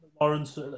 Lawrence